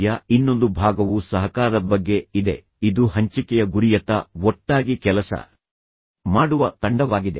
ಯ ಇನ್ನೊಂದು ಭಾಗವು ಸಹಕಾರದ ಬಗ್ಗೆ ಇದೆ ಇದು ಹಂಚಿಕೆಯ ಗುರಿಯತ್ತ ಒಟ್ಟಾಗಿ ಕೆಲಸ ಮಾಡುವ ತಂಡವಾಗಿದೆ